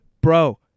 Bro